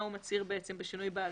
מה הוא מצהיר בשינוי בעלות.